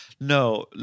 No